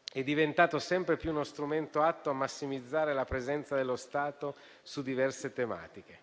- è diventato sempre più uno strumento atto a massimizzare la presenza dello Stato su diverse tematiche.